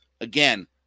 Again